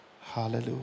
Hallelujah